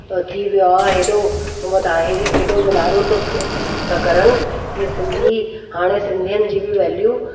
थी वियो आहे हेॾो वधाए हेॾो वधारो थो त कनि की सिंधी हाणे सिंधियुनि जी बि वैल्यू